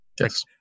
Yes